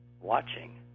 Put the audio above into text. watching